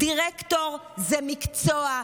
דירקטור זה מקצוע,